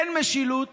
אין משילות